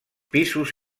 pisos